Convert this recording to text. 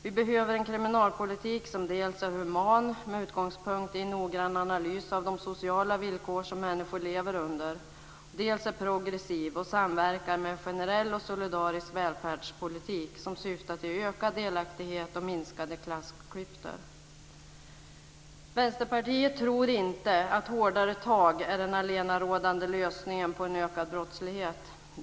Vi behöver en kriminalpolitik som dels är human med utgångspunkt i en noggrann analys av de sociala villkor som människor lever under, dels är progressiv och samverkar med en generell och solidarisk välfärdspolitik som syftar till ökad delaktighet och minskade klassklyftor. Vänsterpartiet tror inte att hårdare tag är den allenarådande lösningen på en ökad brottslighet.